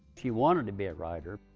she wanted to be a writer,